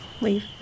Leave